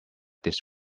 this